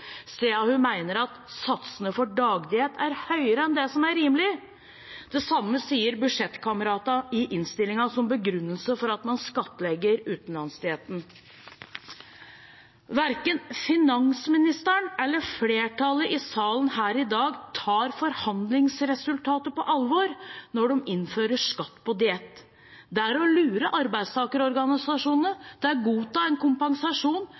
siden hun mener at satsene for dagdiett er høyere enn det som er rimelig. Det samme sier budsjettkameratene i innstillingen som begrunnelse for at man skattlegger utenlandsdietten. Verken finansministeren eller flertallet i salen her i dag tar forhandlingsresultatet på alvor når de innfører skatt på diett. Det er å lure arbeidstakerorganisasjonene til å godta en kompensasjon